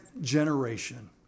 generation